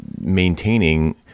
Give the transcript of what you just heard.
maintaining